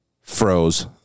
Froze